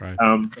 Right